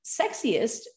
sexiest